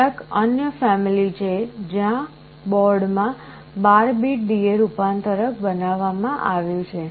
કેટલાક અન્ય ફેમિલી છે જ્યાં બોર્ડમાં 12 બીટ DA રૂપાંતરક બનાવવામાં આવ્યું છે